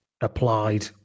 applied